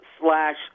slash